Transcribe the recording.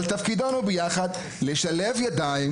אבל תפקידנו לשלב ביחד,